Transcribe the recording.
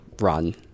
run